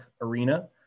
arena